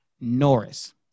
Norris